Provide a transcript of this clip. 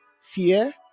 fear